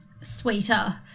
sweeter